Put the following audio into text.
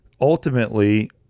ultimately